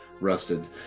rusted